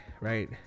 right